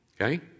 Okay